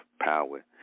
power